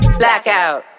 blackout